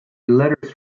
letters